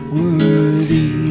worthy